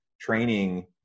Training